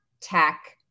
tech